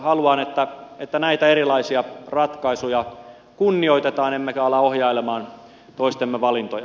haluan että näitä erilaisia ratkaisuja kunnioitetaan emmekä ala ohjailemaan toistemme valintoja